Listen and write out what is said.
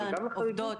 אבל גם לחריגות יש מדרג,